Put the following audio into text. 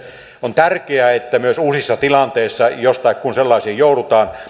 on tärkeää että myös uusissa tilanteissa jos tai kun sellaisiin joudutaan